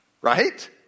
right